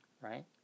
right